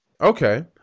Okay